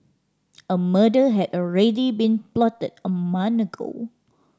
a murder had already been plotted a month ago